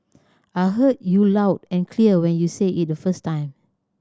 I heard you loud and clear when you said it the first time